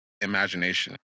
imagination